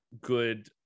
good